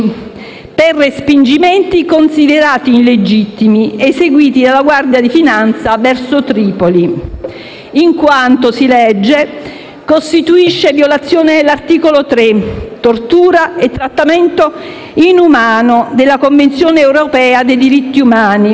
per respingimenti considerati illegittimi, eseguiti dalla Guardia di Finanza verso Tripoli, in quanto - si legge nella sentenza - costituivano violazione dell'articolo 3 (tortura e trattamento inumano) della Convenzione europea dei diritti umani,